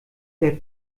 der